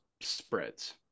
spreads